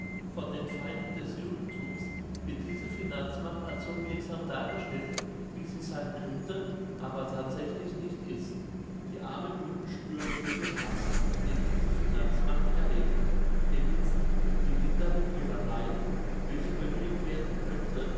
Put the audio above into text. von den feinden des judenthums wird diese finanzmacht als so wirksam dargestellt wie sie sein könnte aber thatsächlich nicht ist die armen juden spüren nur den hass den diese finanzmacht erregt den nutzen die linderung ihrer leiden welche bewirkt werden könnte